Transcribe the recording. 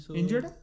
injured